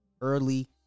early